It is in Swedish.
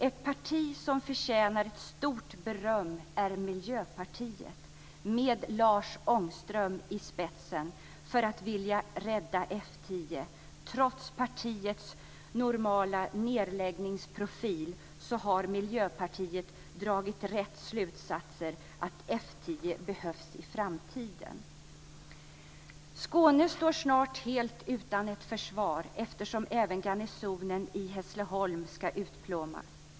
Ett parti som förtjänar ett stort beröm är Miljöpartiet, med Lars Ångström i spetsen, för att vilja rädda F 10. Trots partiets normala nedläggningsprofil har Miljöpartiet dragit rätt slutsats, att F 10 behövs i framtiden. Skåne står snart helt utan ett försvar eftersom även garnisonen i Hässleholm ska utplånas.